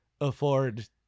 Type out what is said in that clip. afford